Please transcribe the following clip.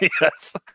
Yes